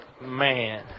Man